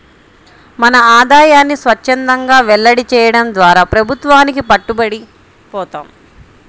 మన ఆదాయాన్ని స్వఛ్చందంగా వెల్లడి చేయడం ద్వారా ప్రభుత్వానికి పట్టుబడి పోతాం